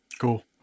Cool